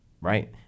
right